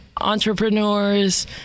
entrepreneurs